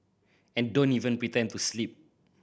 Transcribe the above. and don't even pretend to sleep